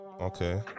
Okay